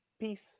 Peace